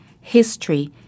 history